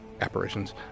apparitions